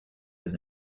his